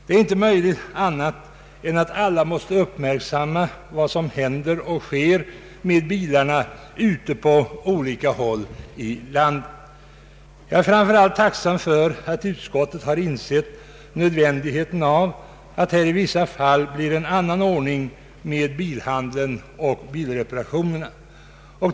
Det är inte möjligt annat än att alla måste uppmärksamma vad som händer och sker med bilarna ute på olika håll i landet. Framför allt är jag tacksam för att utskottet har insett nödvändigheten av att det här i vissa fall blir en annan ordning med bilhandeln och bilreparationerna.